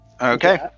Okay